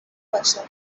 باشه